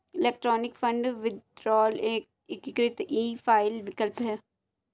electronic fund withdrawal एक एकीकृत e file विकल्प है